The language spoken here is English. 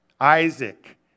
Isaac